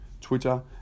Twitter